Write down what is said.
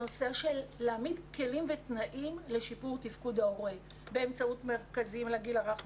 להעמיד כלים ותנאים לשיפור תפקוד ההורה באמצעות מרכזים לגיל הרך,